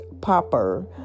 Popper